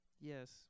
Yes